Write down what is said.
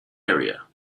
area